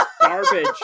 garbage